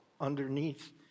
underneath